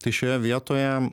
tai šioje vietoje